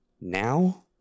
Now